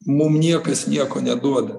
mum niekas nieko neduoda